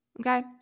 okay